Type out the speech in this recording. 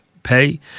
Pay